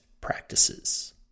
practices